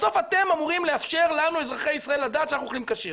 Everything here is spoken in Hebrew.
בסוף אתם אמורים לאפשר לנו אזרחי ישראל לדעת שאנחנו אוכלים כשר.